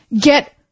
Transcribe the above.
get